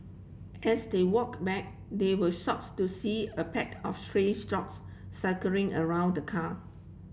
as they walked back they were shocks to see a pack of stray dogs circling around the car